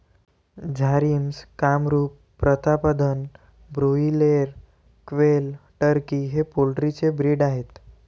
Jharsim, Kamrup, Pratapdhan, broiler, quail, turkey हे poultry चे breed आहेत